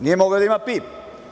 Nije mogla da ima PIB.